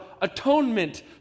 atonement